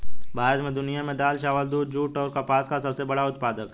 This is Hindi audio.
भारत दुनिया में दाल, चावल, दूध, जूट और कपास का सबसे बड़ा उत्पादक है